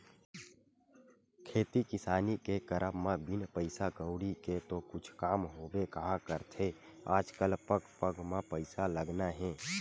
खेती किसानी के करब म बिन पइसा कउड़ी के तो कुछु काम होबे काँहा करथे आजकल पग पग म पइसा लगना हे